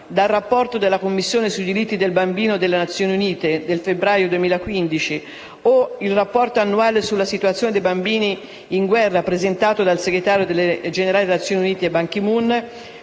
dal rapporto della Commissione per i diritti del bambino delle Nazioni Unite del febbraio 2015 al rapporto annuale sulla situazione dei minori in zone di guerra, presentato dal Segretario generale delle Nazioni Unite Ban Ki-moon,